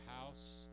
house